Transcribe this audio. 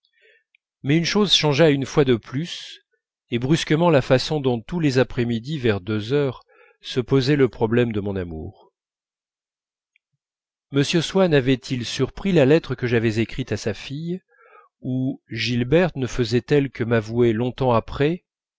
mais une chose changea une fois de plus et brusquement la façon dont tous les après midis vers deux heures se posait le problème de mon amour m swann avait-il surpris la lettre que j'avais écrite à sa fille ou gilberte ne faisait-elle que m'avouer longtemps après